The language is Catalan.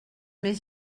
més